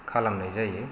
खालामनाय जायो